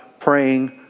praying